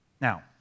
Now